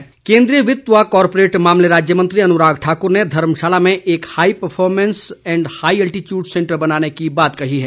अनुराग ठाकुर केन्द्रीय वित्त व कारपोरेट मामले राज्य मंत्री अनुराग ठाकुर ने धर्मशाला में एक high performance and high altitude centre बनाने की बात कही है